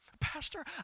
Pastor